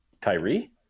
Tyree